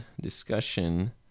discussion